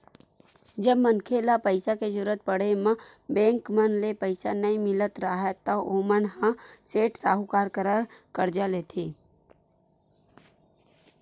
जब मनखे ल पइसा के जरुरत पड़े म बेंक मन ले पइसा नइ मिलत राहय ता ओमन ह सेठ, साहूकार करा करजा लेथे